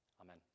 Amen